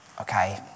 Okay